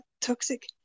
toxic